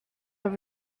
are